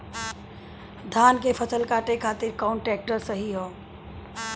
धान के फसल काटे खातिर कौन ट्रैक्टर सही ह?